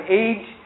age